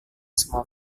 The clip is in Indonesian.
semua